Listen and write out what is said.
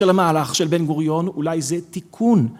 של המהלך של בן גוריון, אולי זה תיקון.